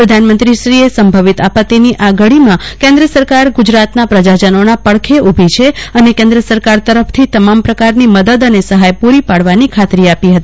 પ્રધાનમંત્રીશ્રીએ સંભવિત આપત્તિની આ ઘડીમાં કેન્દ્ર સરકાર ગુજરાતના પ્રજાજનોના પડખે ઊભી છે અને કેન્દ્ર સરકાર તરફથી તમામ પ્રકારની મદદ અને સહાય પૂરી પાડવાની ખાતરી આપી હતી